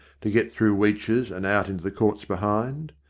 to get through weech's and out into the courts behind.